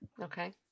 Okay